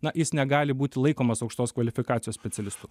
na jis negali būti laikomas aukštos kvalifikacijos specialistu